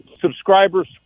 subscribers